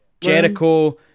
Jericho